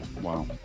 wow